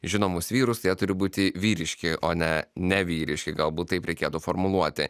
žinomus vyrus jie turi būti vyriški o ne nevyriški galbūt taip reikėtų formuluoti